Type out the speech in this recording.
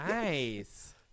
nice